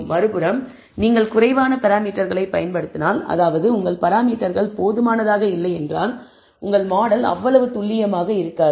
மறுபுறம் நீங்கள் குறைவான பராமீட்டர்களை பயன்படுத்தினால் அதாவது உங்கள் பராமீட்டர்கள் போதுமானதாக இல்லை என்றால் உங்கள் மாடல் அவ்வளவு துல்லியமாக இருக்காது